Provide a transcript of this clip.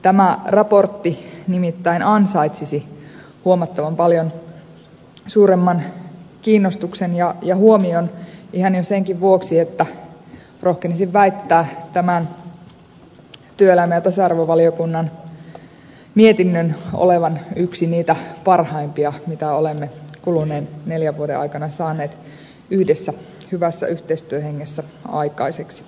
tämä raportti nimittäin ansaitsisi huomattavan paljon suuremman kiinnostuksen ja huomion ihan jo senkin vuoksi että rohkenisin väittää tämän työelämä ja tasa arvovaliokunnan mietinnön olevan yksi parhaita mitä olemme kuluneen neljän vuoden aikana saaneet yhdessä hyvässä yhteistyöhengessä aikaiseksi